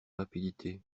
rapidité